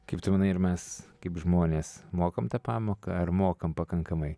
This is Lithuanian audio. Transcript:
kaip tu manai ar mes kaip žmonės mokam tą pamoką ar mokam pakankamai